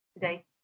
today